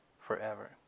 forever